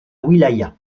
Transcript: wilaya